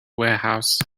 warehouse